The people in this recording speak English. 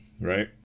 Right